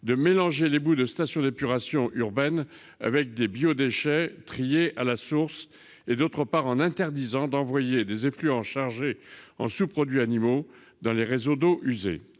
de mélanger les boues de station d'épuration urbaines avec des biodéchets triés à la source et, d'autre part, en interdisant d'envoyer des effluents chargés en sous-produits animaux dans les réseaux d'eaux usées.